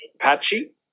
Patchy